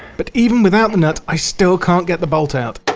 but even without the nut, i still can't get the bolt out.